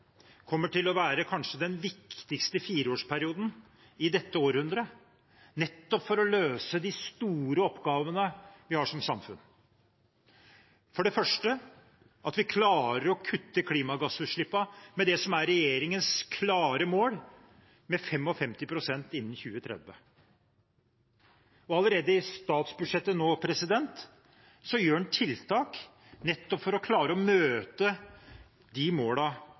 kommer til å være kanskje den viktigste fireårsperioden i dette århundret med tanke på å løse de store oppgavene vi har som samfunn, for det første at vi klarer å kutte klimagassutslippene med det som er regjeringens klare mål, 55 pst. innen 2030. Allerede i statsbudsjettet nå gjør en tiltak nettopp for å klare å møte de